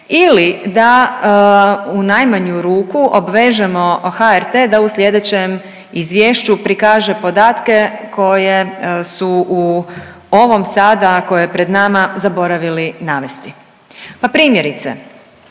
ili da u najmanju ruku obvežemo HRT da u sljedećem izvješću prikaže podatke koje su u ovom sada koje je pred nama zaboravili navesti. Pa primjerice,